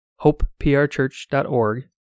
hopeprchurch.org